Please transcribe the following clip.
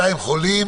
חולים